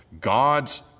God's